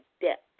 depth